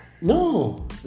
No